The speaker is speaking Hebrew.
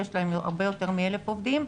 שיש להן הרבה יותר מ-1,000 עובדים.